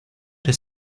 his